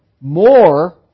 more